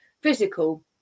physical